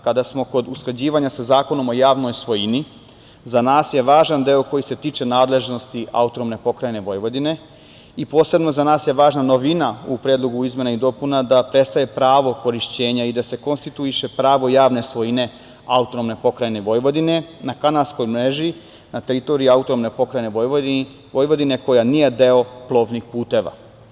Kada smo kod usklađivanja sa Zakonom o javnoj svojini, za nas je važan deo koji se tiče nadležnosti AP Vojvodine i posebno za nas je važna novina u Predlogu izmena i dopuna, da prestaje pravo korišćenja i da se konstituiše pravo javne svojine AP Vojvodine na kanalskoj mreži na teritoriji AP Vojvodine koja nije deo plovnih puteva.